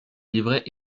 livret